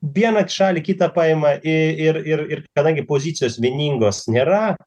vieną šalį kitą paima į ir ir kadangi pozicijos vieningos nėra